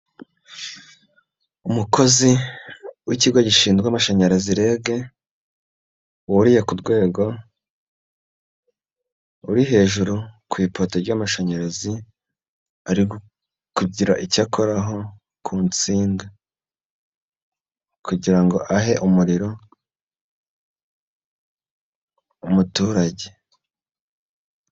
Umukozi w'ikigo gishinzwe amashanyarazi REG wuriye ku rwego, uri hejuru ku ipoto ry'amashanyarazi, ari kugira icyo akoraho ku nsinga kugira ngo ahe umuriro umuturage.